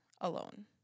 alone